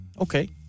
Okay